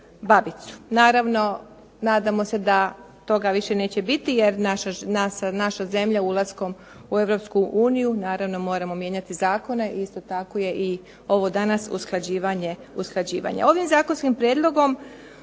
babicu. Naravno nadamo se da toga više neće biti, jer naša zemlja ulaskom u Europsku uniju, naravno moramo mijenjati zakone i isto tako je i ovo danas usklađivanje. Ovim zakonskim prijedlogom